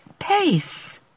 pace